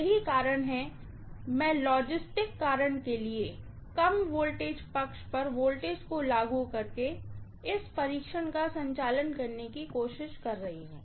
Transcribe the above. यही कारण है कि मैं लॉजिस्टिक्स कारण के लिए कम वोल्टेज पक्ष पर वोल्टेज को लागू करके इस परीक्षण का संचालन करने की कोशिश कर रही हूँ